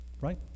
Right